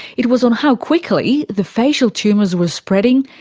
it was on how quickly the facial tumours were spreading,